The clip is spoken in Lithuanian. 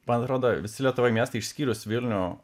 man atrodo visi lietuvoj miestai išskyrus vilnių